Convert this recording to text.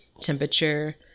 temperature